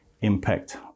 impact